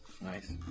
nice